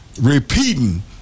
repeating